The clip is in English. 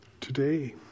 today